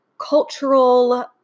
cultural